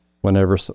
Whenever